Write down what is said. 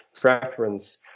preference